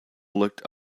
looked